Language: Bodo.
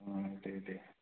दे दे